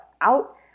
out